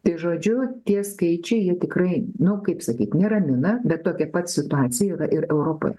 tai žodžiu tie skaičiai jie tikrai nu kaip sakyti neramina bet tokia pat situacija yra ir europoje